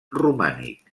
romànic